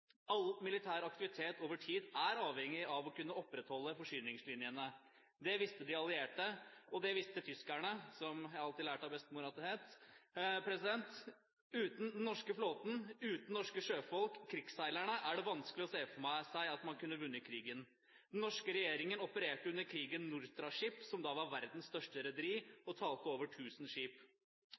All militær aktivitet over tid er avhengig av å kunne opprettholde forsyningslinjene sine. Det visste de allierte, og det visste tyskerne, som jeg alltid lærte av bestemor at det het. Uten den norske flåten, uten norske sjøfolk, krigsseilerne, er det vanskelig å se for seg at man kunne vunnet krigen. Den norske regjeringen opererte under krigen Nortraship, som da var verdens største rederi og talte over 1 000 skip.